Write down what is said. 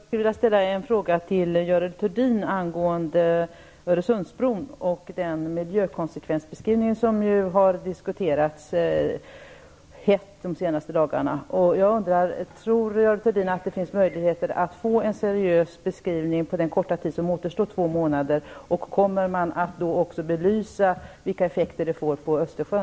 Herr talman! Jag skulle vilja ställa en fråga till Görel Thurdin angående Öresundsbron och den miljökonsekvensbeskrivning som så hett diskuterats under de senaste dagarna. Tror Görel Thurdin att det finns möjligheter att få en seriös beskrivning på den korta tid som återstår, två månader? Kommer man då att också belysa vilka effekter en bro får för Östersjön?